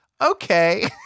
okay